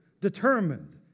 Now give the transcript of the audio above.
determined